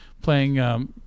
playing